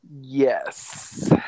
Yes